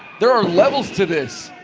there are levels to this